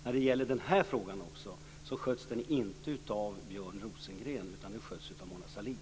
Och just den här frågan sköts inte av Björn Rosengren, utan den sköts av